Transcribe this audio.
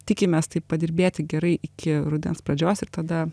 tikimės taip padirbėti gerai iki rudens pradžios ir tada